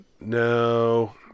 No